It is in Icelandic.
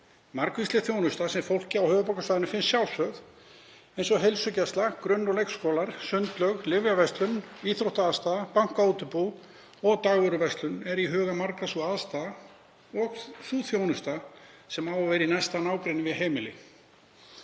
Margvísleg þjónusta, sem fólki á höfuðborgarsvæðinu finnst sjálfsögð, eins og heilsugæsla, grunn- og leikskólar, sundlaug, lyfjaverslun, íþróttaaðstaða, bankaútibú og dagvöruverslun er í hugum margra sú aðstaða og sú þjónusta sem á að vera í næsta nágrenni við heimili.